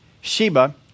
Sheba